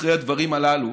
אחרי הדברים הללו,